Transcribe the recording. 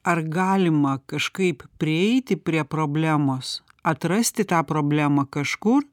ar galima kažkaip prieiti prie problemos atrasti tą problemą kažkur